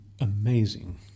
amazing